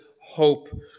hope